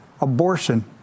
abortion